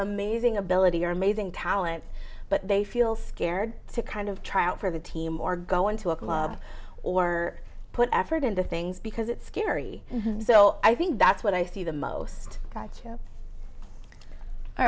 amazing ability or amazing talent but they feel scared to kind of try out for the team or go into a club or put effort into things because it's scary so i think that's what i see the most